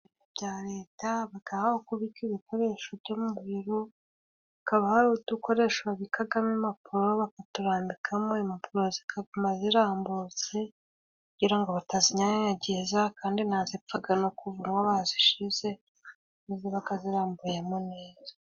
Ibiro bya leta habaga aho kubika ibikoresho byo mu biro hakabaho udukoresho babikagamo impapuro, bakaturambikamo impapuro zikaguma zirambutse, kugira ngo batazinyanyangiza kandi ntabwo zipfaga no kubura aho bazishize kuko zibaga zirambuyemo neza.